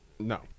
No